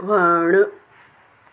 वणु